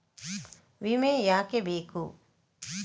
ವಿಮೆ ಯಾಕೆ ಬೇಕು?